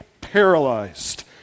paralyzed